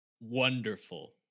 wonderful